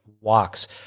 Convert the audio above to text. walks